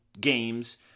games